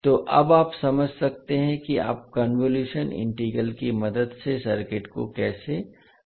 तो अब आप समझ सकते हैं कि आप कन्वोलुशन इंटीग्रल की मदद से सर्किट को कैसे हल कर सकते हैं